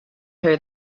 her